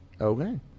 okay